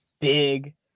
big